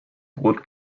brot